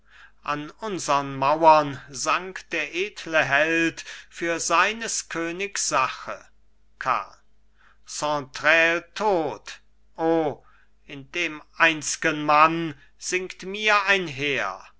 an unsern mauern sank der edle held für seines königs sache karl saintrailles tot o in dem einzgen mann sinkt mir ein heer